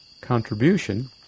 contribution